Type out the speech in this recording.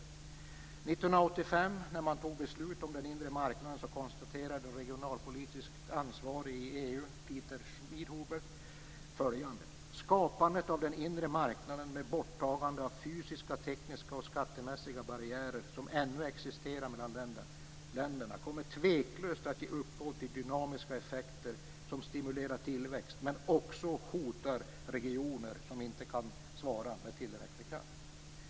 År 1985, när beslutet om den inre marknaden fattades, konstaterade den regionalpolitiskt ansvarige i EU, Peter Schmidhuber, följande: "Skapandet av den inre marknaden med borttagande av fysiska tekniska och skattemässiga barriärer som ännu existerar mellan länderna kommer tveklöst att ge upphov till dynamiska effekter som stimulerar tillväxt, men också hotar regioner som inte kan svara med tillräcklig kraft."